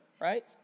right